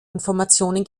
informationen